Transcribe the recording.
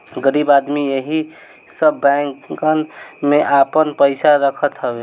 गरीब आदमी एही सब बैंकन में आपन पईसा रखत हवे